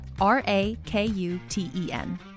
R-A-K-U-T-E-N